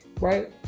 right